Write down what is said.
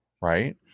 right